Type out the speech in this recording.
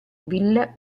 villa